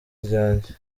ryanjye